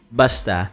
basta